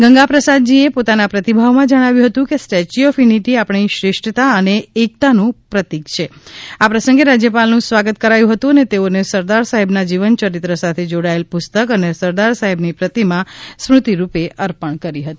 ગંગાપ્રસાદજીએ પોતાના પ્રતિભાવમાં જણાવ્યું હતું કે સ્ટે ચ્યુ ઓફ યુનિટિ આપણી શ્રેષ્ઠતા અને એકતાનું પ્રતીક પણ છે આ પ્રસંગે રાજ્યપાલનું સ્વાગત કરાયું હતું અને તેઓને સરદાર સાહેબનાં જીવન ચરીત્ર સાથે જોડાયેલ પુસ્તક અને સરદાર સાહેબની પ્રતિમાં સ્મૃતિરૂપે અર્પણ કરી હતી